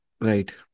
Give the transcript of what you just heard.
Right